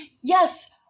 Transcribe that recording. Yes